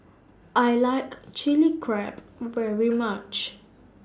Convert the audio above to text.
I like Chilli Crab very much